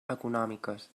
econòmiques